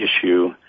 issue